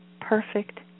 perfect